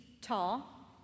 tall